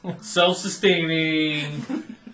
Self-sustaining